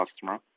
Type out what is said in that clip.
customer